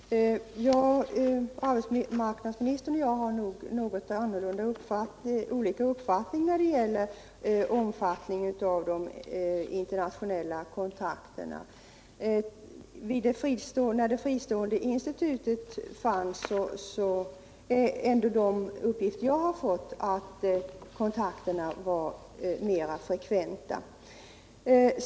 Herr talman! Arbetsmarknadsministern och jag har nog något olika uppfattning när det gäller omfattningen av de internationella kontakterna. Enligt de uppgifter jag har fått var kontakterna mer högfrekventa när det fristående institutet fanns.